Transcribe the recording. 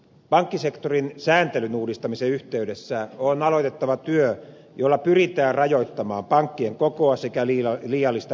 pankkisektorin sääntelyn uudistamisen yhteydessä on aloitettava työ jolla pyritään rajoittamaan pankkien kokoa sekä liiallista riskinottoa